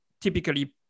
typically